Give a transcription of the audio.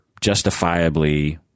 justifiably